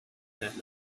that